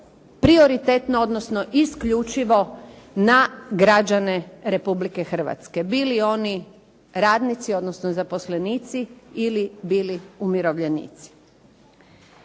prioritetno, odnosno isključivo na građane Republike Hrvatske, bili oni radnici odnosno zaposlenici ili bili umirovljenici.